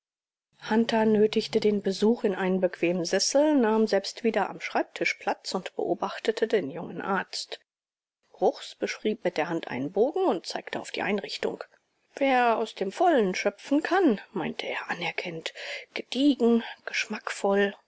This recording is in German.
hunter nötigte den besuch in einen bequemen sessel nahm selbst wieder am schreibtisch platz und beobachtete den jungen arzt bruchs beschrieb mit der hand einen bogen und zeigte auf die einrichtung wer aus dem vollen schöpfen kann meinte er anerkennend gediegen geschmackvoll